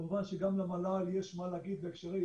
כמובן שגם למל"ל יש מה להגיד בהקשרי